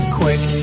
quick